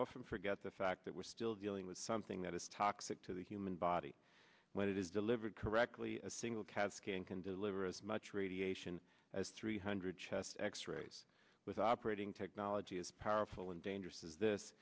often forget the fact that we're still dealing with something that is toxic to the human body when it is delivered correctly a single cat scan can deliver as much radiation as three hundred chest x rays with operating technology is powerful and dangerous says this